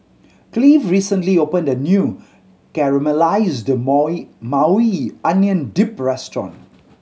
Cleave recently opened a new Caramelized Maui Onion Dip restaurant